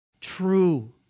True